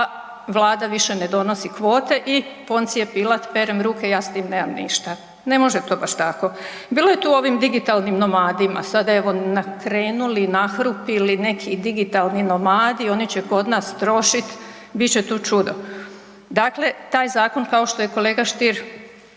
a Vlada više ne donosi kvote i Poncije Pilat perem ruke, ja s tim nemam ništa. Ne može to baš tako. Bilo je tu o ovim digitalnim nomadima. Sada evo krenuli, nahrupili, neki digitalni nomadi. Oni će kod nas trošiti, bit će tu čudo. Dakle taj zakon kao što je kolega Stier